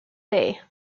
day